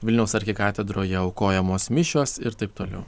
vilniaus arkikatedroje aukojamos mišios ir taip toliau